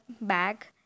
bag